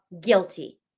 guilty